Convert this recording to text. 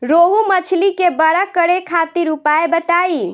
रोहु मछली के बड़ा करे खातिर उपाय बताईं?